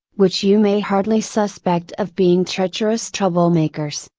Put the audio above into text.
which you may hardly suspect of being treacherous troublemakers,